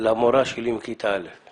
למורה שלי מכיתה א'.